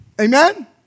Amen